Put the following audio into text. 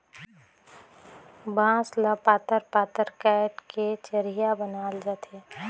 बांस ल पातर पातर काएट के चरहिया बनाल जाथे